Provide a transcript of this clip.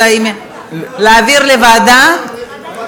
להעביר לוועדה, לוועדת החינוך.